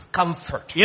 comfort